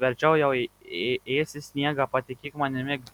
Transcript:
verčiau jau ėsi sniegą patikėk manimi